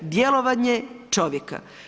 Djelovanje čovjeka.